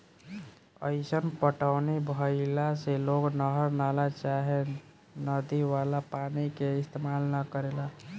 अईसन पटौनी भईला से लोग नहर, नाला चाहे नदी वाला पानी के इस्तेमाल न करेला